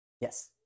Yes